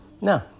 no